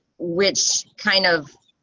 which kind of